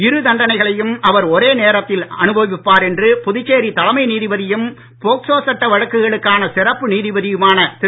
இரு தண்டனைகளையும் அவர் ஒரே நேரத்தில் அனுபவிப்பார் என்று புதுச்சேரி தலைமை நீதிபதியும் போக்சோ சட்ட வழக்குகளுக்கான சிறப்பு நீதிபதியுமான திரு